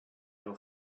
your